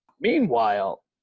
Meanwhile